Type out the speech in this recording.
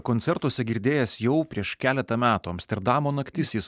koncertuose girdėjęs jau prieš keletą metų amsterdamo naktis jis